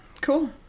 Cool